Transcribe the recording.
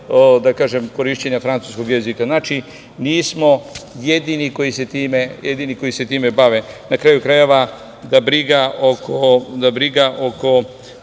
deo korišćenja francuskog jezika. Znači, nismo jedini koji se time bave. Na kraju krajeva, briga oko